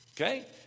Okay